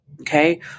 Okay